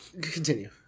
continue